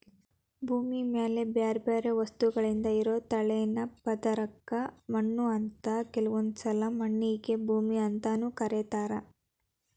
ಭೂಮಿ ಮ್ಯಾಲೆ ಬ್ಯಾರ್ಬ್ಯಾರೇ ವಸ್ತುಗಳಿಂದ ಇರೋ ತೆಳ್ಳನ ಪದರಕ್ಕ ಮಣ್ಣು ಅಂತಾರ ಕೆಲವೊಂದ್ಸಲ ಮಣ್ಣಿಗೆ ಭೂಮಿ ಅಂತಾನೂ ಕರೇತಾರ